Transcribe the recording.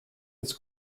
its